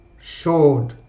showed